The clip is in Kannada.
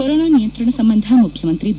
ಕೊರೊನಾ ನಿಯಂತ್ರಣ ಸಂಬಂಧ ಮುಖ್ಲಮಂತ್ರಿ ಬಿ